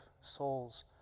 souls